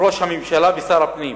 ראש הממשלה ושר הפנים